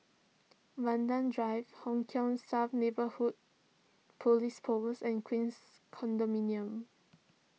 Vanda Drive Hong South Neighbourhood Police Post and Queens Condominium